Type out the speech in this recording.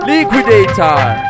Liquidator